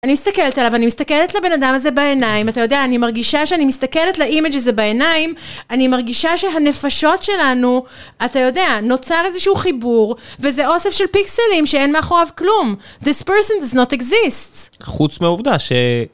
אני מסתכלת עליו, אני מסתכלת לבן אדם הזה בעיניים, אתה יודע, אני מרגישה שאני מסתכלת לאימאג' הזה בעיניים, אני מרגישה שהנפשות שלנו, אתה יודע, נוצר איזשהו חיבור, וזה אוסף של פיקסלים שאין מאחוריו כלום. This person does not exist. חוץ מהעובדה, ש...